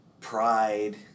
pride